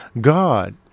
God